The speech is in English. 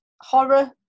horror